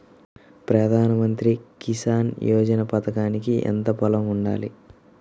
ప్రధాన మంత్రి కిసాన్ యోజన పథకానికి ఎంత పొలం ఉండాలి?